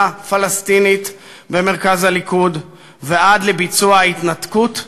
פלסטינית במרכז הליכוד ועד לביצוע התנתקות,